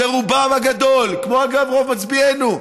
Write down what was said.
שרובם הגדול, כמו, אגב, רוב מצביעינו,